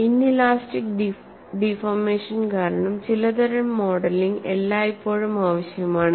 inelastic deformation കാരണം ചിലതരം modelling എല്ലായ്പ്പോഴും ആവശ്യമാണ്